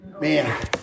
Man